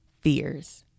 fears